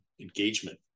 engagement